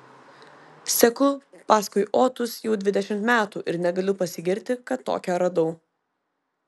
seku paskui otus jau dvidešimt metų ir negaliu pasigirti kad tokią radau